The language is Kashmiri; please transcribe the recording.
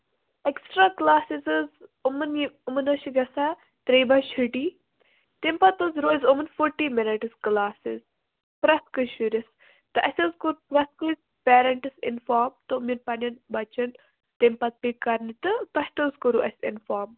اٮ۪کٔسٹرا کٔلاسٕز حظ یِمَن یہِ یِمَن حظ چھِ گژھان ترٛیٚیہِ بَجہِ چھُٹی تَمہِ پَتہٕ حظ روزِ یِمَن فورٹی مِنٹٔس کَلاسٕز پرٛتھ کٲنٛسہِ شُرِس تہٕ اَسہِ حظ کور پرٛتھ کٲنٛسہِ پیرینٹَس اِنفارم تِم نِنۍ پَنٕنٮ۪ن بَچن تَمہِ پَتہٕ پیٚیہِ کَرنہِ تہٕ تۄہہِ تہِ حظ کوٚروٕ اَسہِ اِنفارٕم